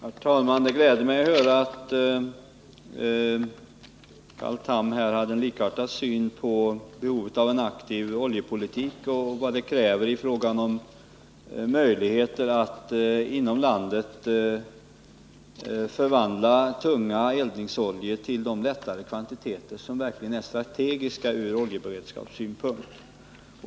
Herr talman! Det gläder mig att höra att Carl Tham har en likartad syn på behovet av en aktiv oljepolitik och på vad detta kräver i fråga om möjligheter att inom landet förvandla tunga eldningsoljor till de lätta kvaliteter som verkligen är strategiska från oljeberedskapssynpunkt.